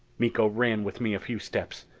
miko ran with me a few steps.